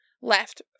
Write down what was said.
left